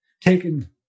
taken